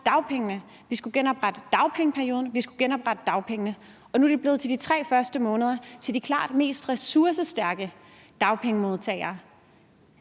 dagpengene. Vi skulle genoprette dagpengeperioden, vi skulle genoprette dagpengene – og nu er det blevet til de første 3 måneder til de klart mest ressourcestærke dagpengemodtagere.